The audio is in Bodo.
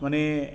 माने